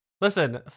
Listen